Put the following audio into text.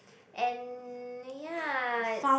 and ya its